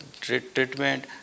treatment